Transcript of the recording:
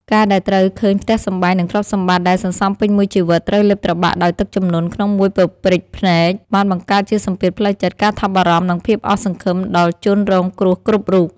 ការដែលត្រូវឃើញផ្ទះសម្បែង និងទ្រព្យសម្បត្តិដែលសន្សំពេញមួយជីវិត ត្រូវលេបត្របាក់ដោយទឹកជំនន់ក្នុងមួយប៉ព្រិចភ្នែក បានបង្កើតជាសម្ពាធផ្លូវចិត្ត ការថប់បារម្ភ និងភាពអស់សង្ឃឹមដល់ជនរងគ្រោះគ្រប់រូប។